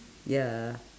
ya